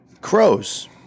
Crows